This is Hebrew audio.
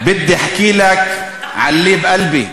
"בדי אחכי לכ עלא פי קלבי".